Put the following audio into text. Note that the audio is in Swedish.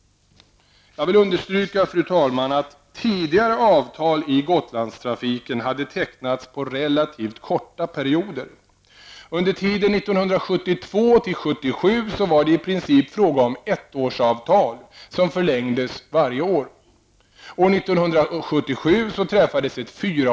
Jag vill understryka, fru talman, att tidigare avtal i Gotlandstrafiken hade tecknats på relativt korta perioder. Under tiden 1972--1977 var det i princip fråga om ettårsavtal som förlängdes varje år.